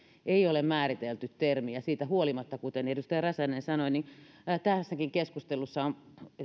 ei ole määritelty termi siitä huolimatta kuten edustaja räsänen sanoi tässäkin keskustelussa on